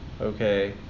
okay